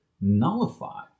nullify